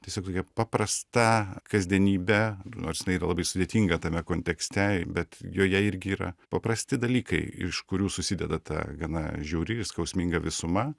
tiesiog tokia paprasta kasdienybe nors jinai yra labai sudėtinga tame kontekste bet joje irgi yra paprasti dalykai iš kurių susideda tą gana žiauri ir skausminga visuma